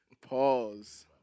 Pause